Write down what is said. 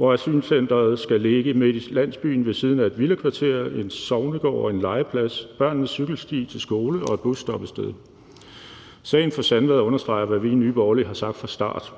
Asylcenteret skal ligge midt i landsbyen ved siden af et villakvarter, en sognegård, en legeplads, børnenes cykelsti til skole og et busstoppested. Sagen fra Sandvad understreger, hvad vi i Nye Borgerlige har sagt fra start: